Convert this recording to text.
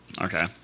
okay